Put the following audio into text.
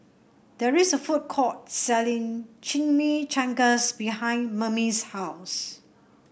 there is a food court selling Chimichangas behind Mame's house